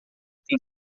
tem